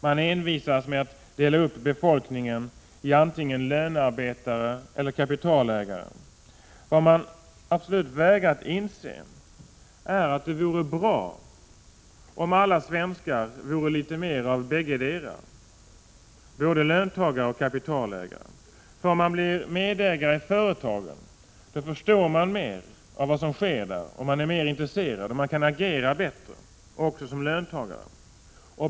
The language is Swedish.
Man envisas med att dela upp befolkningen i antingen lönarbetare eller kapitalägare. Vad man absolut vägrar att inse är att det vore bra om alla svenskar vore litet mer av bäggedera — både löntagare och kapitalägare. Ty om man blir medägare i företagen, förstår man mer vad som sker där och man är mer intresserad och kan agera bättre också som löntagare.